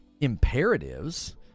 imperatives